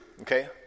okay